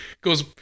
Goes